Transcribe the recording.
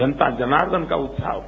जनता जनार्दन का उत्साह था